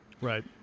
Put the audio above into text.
Right